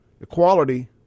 equality